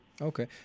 Okay